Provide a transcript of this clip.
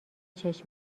چشم